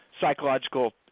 psychological